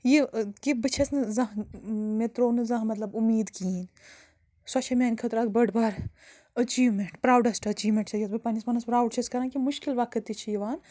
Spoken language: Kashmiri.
یہِ کہِ بہٕ چھَس نہٕ زانٛہہ مےٚ ترٛوو نہٕ زانٛہہ مطلب اُمیٖد کِہیٖنۍ سۄ چھےٚ میٛانہِ خٲطرٕ اَکھ بٔڑ بارٕ أچیٖومٮ۪نٛٹ پرٛاوڈٮ۪سٹ أچیٖومٮ۪نٛٹ چھےٚ یۄس بہٕ پنٛنِس پانَس پرٛاوُڈ چھَس کَران کہِ مُشکِل وقت تہِ چھِ یِوان